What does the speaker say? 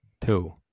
Two